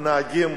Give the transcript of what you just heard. הנהגים,